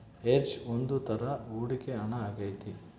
hedge ಒಂದ್ ತರ ಹೂಡಿಕೆ ಹಣ ಆಗೈತಿ